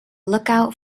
lookout